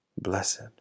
Blessed